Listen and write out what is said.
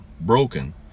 broken